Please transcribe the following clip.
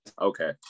okay